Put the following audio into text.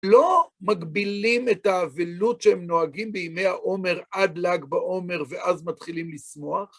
לא מגבילים את האבלות שהם נוהגים בימי העומר עד ל"ג בעומר, ואז מתחילים לשמוח